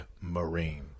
Marine